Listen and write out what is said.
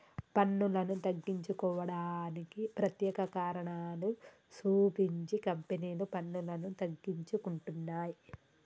పన్నులను తగ్గించుకోవడానికి ప్రత్యేక కారణాలు సూపించి కంపెనీలు పన్నులను తగ్గించుకుంటున్నయ్